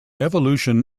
evolution